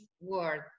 word